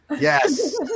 Yes